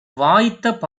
வாய்த்த